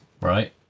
right